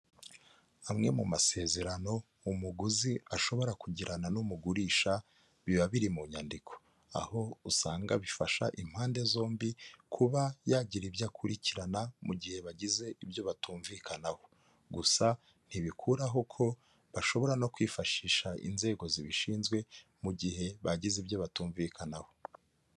Amwe mu masezerano umuguzi ashobora kugirana n'umugurisha biba biri mu nyandiko, aho usanga bifasha impande zombi kuba yagira ibyo akurikirana mu gihe bagize ibyo batumvikanaho, gusa ntibikuraho ko bashobora no kwifashisha inzego zibishinzwe mu gihe bagize ibyo batumvikanaho.